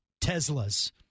Teslas